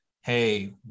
hey